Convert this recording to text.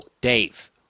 Dave